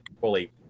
fully –